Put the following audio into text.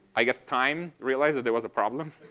i guess, time realized that there was a problem.